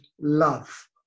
love